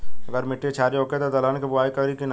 अगर मिट्टी क्षारीय होखे त दलहन के बुआई करी की न?